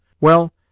Well